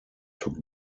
took